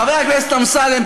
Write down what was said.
חבר הכנסת אמסלם,